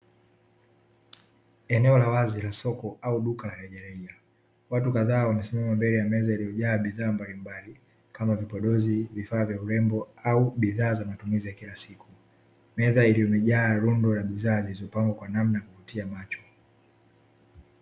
Eneo la wazi la soko au duka la rejareja, watu kadhaa wamesimama mbele ya meza iliyojaa bidhaa mbalimbali, kama vipodozi, vifaa vya urembo au bidhaa za matumizi ya kila siku. Meza imejaa rundo la bidhaa zilizopangwa kwa namna ya kuvutia macho.